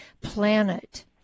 planet